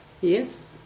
Yes